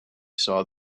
saw